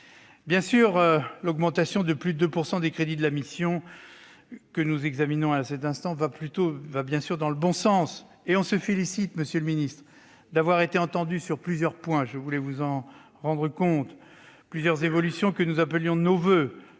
Bien sûr, l'augmentation de plus de 2 % des crédits de la mission que nous examinons aujourd'hui va dans le bon sens. Nous nous félicitons, monsieur le ministre, d'avoir été entendus sur plusieurs points, je voulais vous en faire part ; plusieurs évolutions que nous appelions de nos voeux